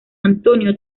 antonio